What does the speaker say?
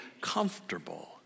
comfortable